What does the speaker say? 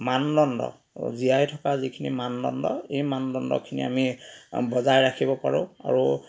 মানদণ্ড জীয়াই থকাৰ যিখিনি মানদণ্ড এই মানদণ্ডখিনি আমি বজাই ৰাখিব পাৰো আৰু